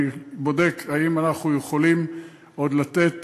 אני בודק אם אנחנו יכולים לתת